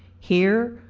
here,